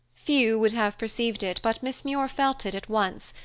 few would have perceived it, but miss muir felt it at once,